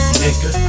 nigga